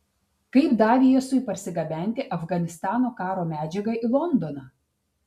kaip daviesui parsigabenti afganistano karo medžiagą į londoną